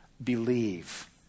Believe